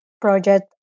project